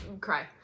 cry